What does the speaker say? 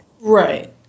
Right